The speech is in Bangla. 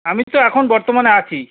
আমি তো এখন বর্তমানে আছি